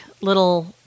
little